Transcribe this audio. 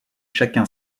chacun